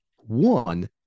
One